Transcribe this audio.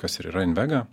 kas ir yra invega